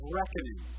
reckoning